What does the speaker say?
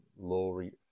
Laurie